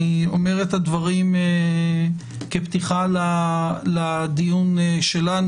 אני אומר את הדברים כפתיחה לדיון שלנו.